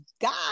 God